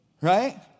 Right